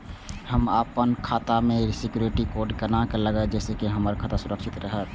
हम अपन खाता में सिक्युरिटी कोड केना लगाव जैसे के हमर खाता सुरक्षित रहैत?